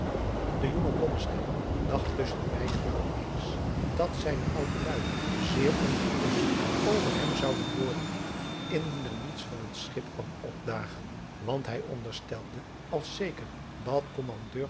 de jonge blommesteyn dacht tusschen beiden wel eens dat zijne oudeluî zeer ongerust over hem zouden worden indien er niets van het schip kwam opdagen want hij onderstelde als zeker dat